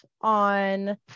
on